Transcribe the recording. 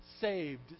saved